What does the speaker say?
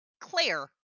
Claire